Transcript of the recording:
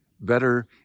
better